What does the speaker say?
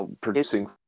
producing